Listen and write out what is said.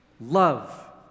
love